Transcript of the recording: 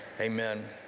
Amen